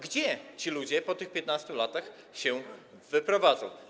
Gdzie ci ludzie po tych 15 latach się wyprowadzą?